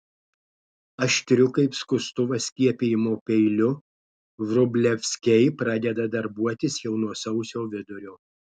aštriu kaip skustuvas skiepijimo peiliu vrublevskiai pradeda darbuotis jau nuo sausio vidurio